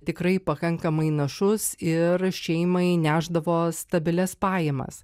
tikrai pakankamai našus ir šeimai nešdavo stabilias pajamas